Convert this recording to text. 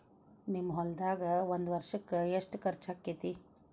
ನಿಮ್ಮ ಹೊಲ್ದಾಗ ಒಂದ್ ವರ್ಷಕ್ಕ ಎಷ್ಟ ಖರ್ಚ್ ಆಕ್ಕೆತಿ?